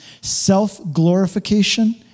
Self-glorification